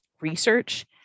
research